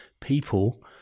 People